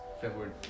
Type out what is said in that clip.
February